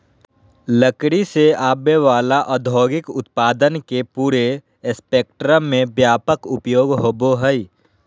लकड़ी से आवय वला औद्योगिक उत्पादन के पूरे स्पेक्ट्रम में व्यापक उपयोग होबो हइ